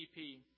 GDP